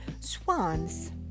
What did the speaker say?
swans